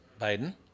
Biden